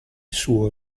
suo